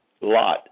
Lot